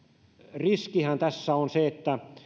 riskihän tässä on se